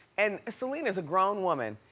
and celine is a grown woman,